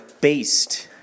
based